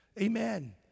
Amen